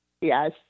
Yes